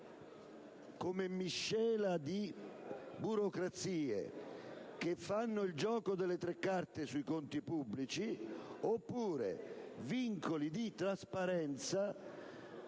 come miscela di burocrazie che fanno il gioco delle tre carte sui conti pubblici oppure vincoli di trasparenza